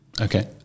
Okay